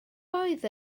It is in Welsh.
oedd